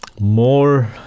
more